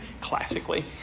classically